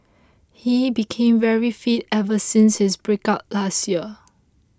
he became very fit ever since his breakup last year